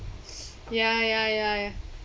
ya ya ya ya